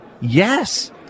Yes